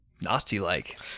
nazi-like